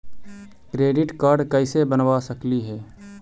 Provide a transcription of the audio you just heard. Credit card कैसे बनबा सकली हे?